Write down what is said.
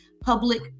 public